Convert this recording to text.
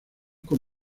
con